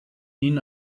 ihn